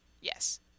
Yes